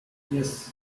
yes